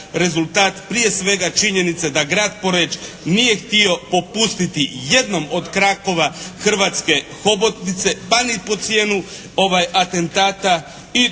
rezultat prije svega činjenice da grad Poreč nije htio popustiti jednom od krakova hrvatske hobotnice pa ni po cijenu ovaj atentata i da